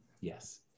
Yes